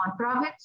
nonprofits